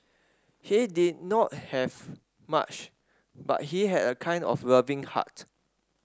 he did not have much but he had a kind of loving heart